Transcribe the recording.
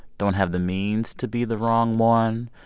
don't have the means to be the wrong one,